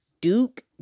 Duke